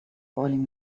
boiling